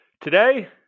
Today